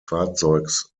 fahrzeugs